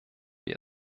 wir